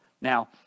Now